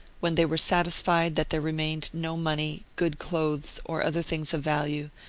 when they were satisfied that there remained no money, good clothes, or other things of value,